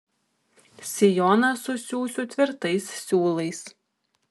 sijoną susiųsiu tvirtais siūlais